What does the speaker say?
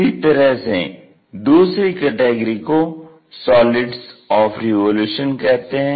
इसी तरह से दूसरी कैटेगरी को सॉलिड्स ऑफ़ रिवोल्यूशन कहते हैं